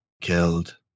Killed